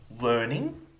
learning